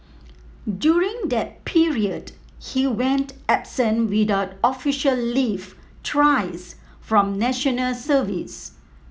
during that period he went absent without official leave thrice from National Service